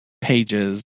pages